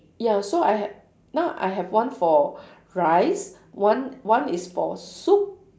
ya so I ha~ now I have one for rice one one is for soup